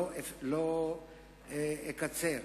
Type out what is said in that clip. אקצר.